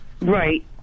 Right